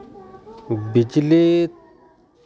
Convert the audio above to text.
ᱵᱤᱡᱽᱞᱤ